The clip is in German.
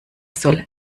soll